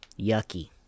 Yucky